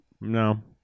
No